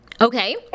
okay